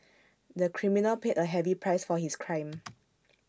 the criminal paid A heavy price for his crime